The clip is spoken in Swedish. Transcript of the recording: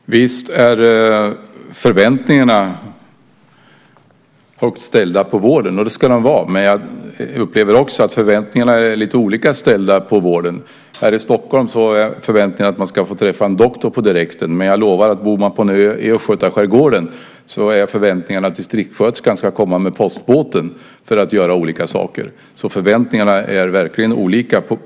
Herr talman! Visst är förväntningarna på vården högt ställda, och det ska de vara. Jag upplever dessutom att de är lite olika. I Stockholm förväntar man sig att få träffa en doktor på direkten, men om man bor på en ö i östgötaskärgården lovar jag att förväntningen är att distriktssköterskan ska komma med postbåten. Förväntningarna på vården är verkligen olika.